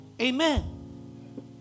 Amen